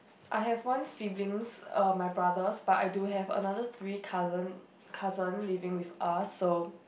I have one siblings uh my brothers but I do have another three cousin cousin living with us so